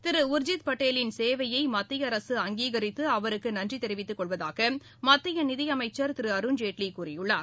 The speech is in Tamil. திரு உர்ஜித் பட்டேலின் சேவையை மத்திய அரசு அங்கீகரித்து அவருக்கு நன்றி தெரிவித்துக்கொள்வதாக மத்திய நிதி அமைச்சர் திரு அருண்ஜேட்லி கூறியுள்ளார்